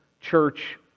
church